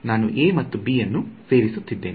ನಾನು ಎ ಮತ್ತು ಬಿ ಅನ್ನು ಸೇರಿಸುತ್ತಿದ್ದೇನೆ